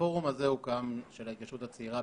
הפורום של ההתיישבות הצעירה הוקם